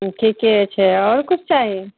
ई ठिके छै आओर किछु चाही